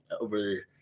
over